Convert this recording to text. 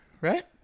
right